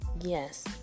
yes